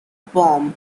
bomb